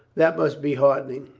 that must be heartening.